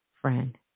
friend